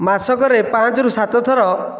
ମାସକରେ ପାଞ୍ଚରୁ ସାତଥର